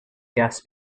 guests